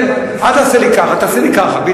אל תעשה לי ככה, תעשה לי ככה.